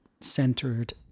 centered